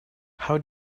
how